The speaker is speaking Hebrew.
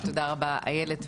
ותודה רבה איילת,